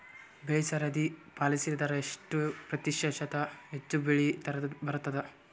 ಬೆಳಿ ಸರದಿ ಪಾಲಸಿದರ ಎಷ್ಟ ಪ್ರತಿಶತ ಹೆಚ್ಚ ಬೆಳಿ ಬರತದ?